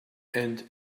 and